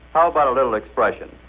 how about a little expression?